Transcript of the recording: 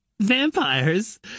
Vampires